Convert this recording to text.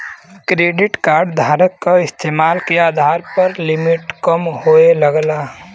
credit card धारक क इस्तेमाल के आधार पर लिमिट कम होये लगला